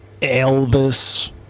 Elvis